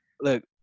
look